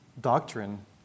doctrine